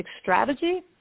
strategy